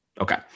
Okay